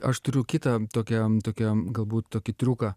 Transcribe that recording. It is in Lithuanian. aš turiu kitą tokiam tokiam galbūt tokį triuką